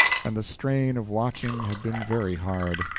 and the strain of watching had been very hard.